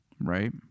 Right